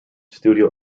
studio